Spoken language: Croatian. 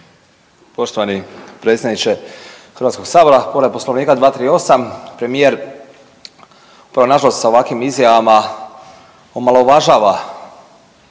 Poštovani predsjedniče HS-a. Povreda Poslovnika 238. premijer upravo nažalost sa ovakvim izjavama omalovažava